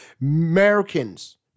Americans